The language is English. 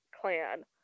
clan